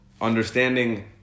understanding